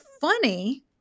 funny